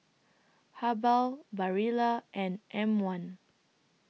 Habhal Barilla and M one